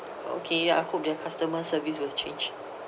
okay I hope their customer service will change